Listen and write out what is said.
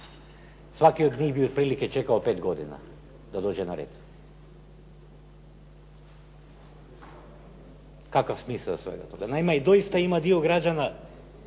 svaki od njih bi otprilike čekao 5 godina da dođe na red. Kakav je smisao svega toga? Naime, doista ima dio građana